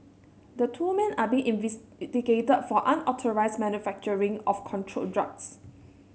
the two men are being investigated for unauthorised manufacturing of controlled drugs